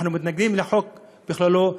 אנחנו מתנגדים לחוק בכללו.